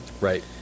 Right